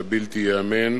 את הבלתי-ייאמן,